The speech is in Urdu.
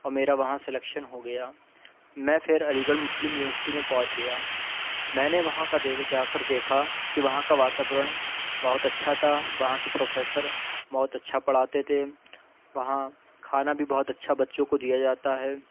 اور میرا وہاں سلیکشن ہو گیا میں پھر علی گڑھ مسلم یونیورسٹی میں پہنچ گیا میں نے وہاں کا جا کر دیکھا کہ وہاں کا واتا وررن بہت اچھا تھا وہاں کے پروفیسر بہت اچھا پڑھاتے تھے وہاں کھانا بھی بہت اچھا بچوں کو دیا جاتا ہے